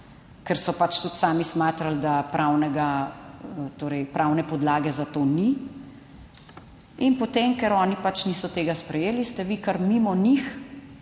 ker so pač tudi sami smatrali, da pravnega, torej pravne podlage za to ni in potem, ker oni pač niso tega sprejeli, ste vi kar mimo njih